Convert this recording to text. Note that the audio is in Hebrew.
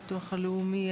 הביטוח הלאומי,